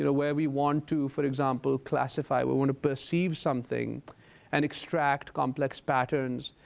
and where we want to, for example, classify we want to perceive something and extract complex patterns,